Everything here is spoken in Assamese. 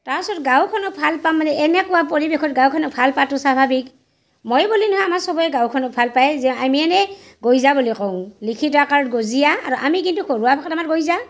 তাৰপাছত গাঁওখনক ভাল পাওঁ মানে এনেকুৱা পৰিৱেশৰ গাঁওখনক ভাল পোৱাটো স্ৱাভাৱিক মই বুলি নহয় আমাৰ চবে গাঁওখনক ভাল পায় যে আমি এনেই গইজা বুলি কওঁ লিখিত আকাৰত গজিয়া আৰু আমি কিন্তু ঘৰুৱা ভাষাত আমাৰ গইজা